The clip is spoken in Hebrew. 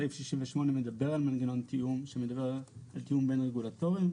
סעיף 68 מדבר על מנגנון תיאום שמדבר על תיאום בין רגולטוריים .